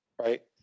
right